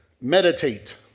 meditate